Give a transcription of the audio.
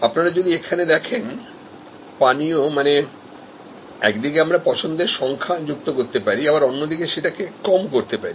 আপনারা যদি এখানে দেখেন পানীয় মানে একদিকে আমরা পানীয়র চয়েস বাড়াতে পারি আবার অন্যদিকে সেটাকে কমও করতে পারি